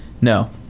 no